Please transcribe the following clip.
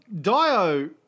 Dio